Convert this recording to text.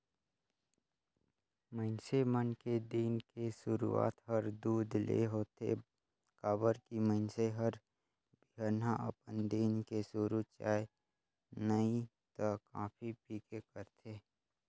मइनसे मन के दिन के सुरूआत हर दूद ले होथे काबर की मइनसे हर बिहनहा अपन दिन के सुरू चाय नइ त कॉफी पीके करथे